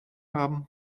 haben